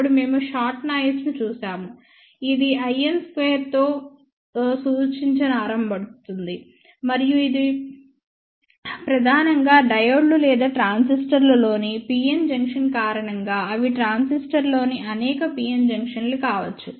అప్పుడు మేము shot noise ని చూశాము ఇది in 2 తో సూచిన్చాబడుతుంది మరియు ఇది ప్రధానంగా డయోడ్లు లేదా ట్రాన్సిస్టర్లలోని p n జంక్షన్ కారణంగా అవి ట్రాన్సిస్టర్లోని అనేక p n జంక్షన్లు కావచ్చు